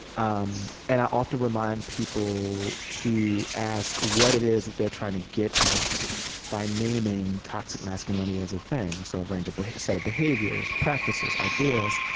um and i often remind people to ask what it is that they're trying to get at by naming toxic masculinity as a thing so a range, a but set, of behaviors, practices, ideas.